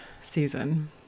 season